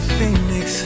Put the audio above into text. Phoenix